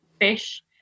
fish